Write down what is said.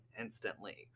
instantly